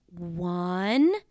One